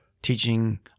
Teaching